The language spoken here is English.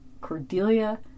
Cordelia